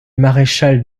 maréchal